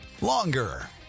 longer